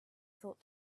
thought